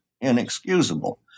inexcusable